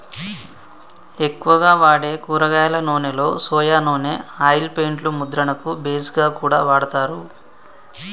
ఎక్కువగా వాడే కూరగాయల నూనెలో సొయా నూనె ఆయిల్ పెయింట్ లు ముద్రణకు బేస్ గా కూడా వాడతారు